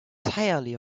entirely